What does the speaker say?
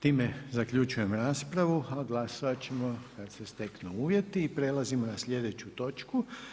Time zaključujem raspravu a glasovat ćemo kad ste steknu uvjeti i prelazimo na slijedeću točku.